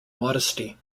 modesty